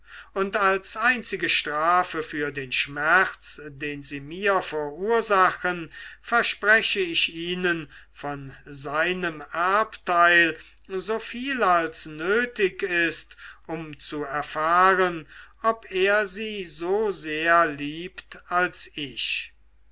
und als einzige strafe für den schmerz den sie mir verursachen verspreche ich ihnen von seinem erbteile so viel als nötig ist um zu erfahren ob er sie so sehr liebt als ich